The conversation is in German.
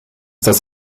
das